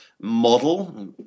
model